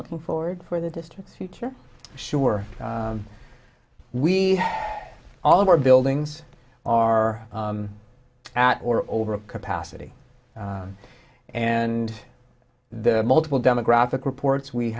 looking forward for the distant future sure we all of our buildings are at or over capacity and the multiple demographic reports we